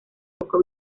poco